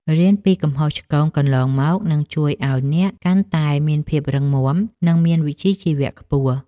រៀនពីកំហុសឆ្គងកន្លងមកនឹងជួយឱ្យអ្នកកាន់តែមានភាពរឹងមាំ និង មានវិជ្ជាជីវៈខ្ពស់។